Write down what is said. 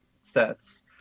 sets